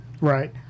Right